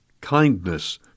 kindness